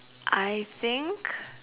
I think